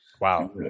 Wow